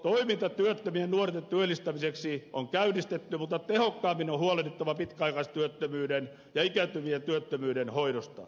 toiminta työttömien nuorten työllistämiseksi on käynnistetty mutta tehokkaammin on huolehdittava pitkäaikaistyöttömyyden ja ikääntyvien työttömyyden hoidosta